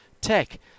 tech